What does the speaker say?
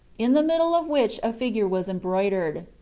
in the middle of which a figure was em broidered.